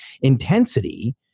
intensity